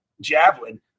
Javelin